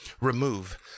remove